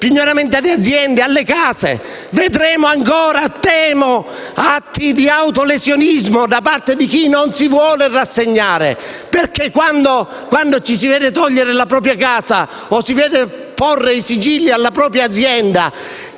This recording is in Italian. pignoramenti di aziende e case. Vedremo ancora - lo temo - atti di autolesionismo da parte di chi non si vuole rassegnare; quando si vede togliere la propria casa o si vedono porre i sigilli alla propria azienda,